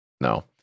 No